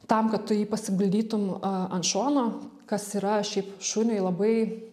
tam kad tu jį pasiguldytum ant šono kas yra šiaip šuniui labai